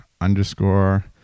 underscore